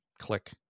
click